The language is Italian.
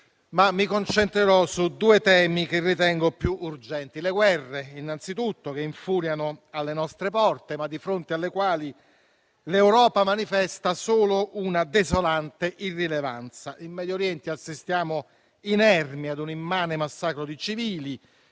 ma mi concentrerò su due temi che ritengo più urgenti, innanzitutto le guerre che infuriano alle nostre porte, ma di fronte alle quali l'Europa manifesta solo una desolante irrilevanza. In Medio Oriente assistiamo inermi a un immane massacro di civili;